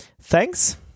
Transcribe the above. Thanks